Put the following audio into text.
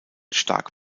stark